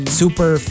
super